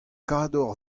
kador